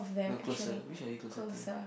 no closer which are you closer to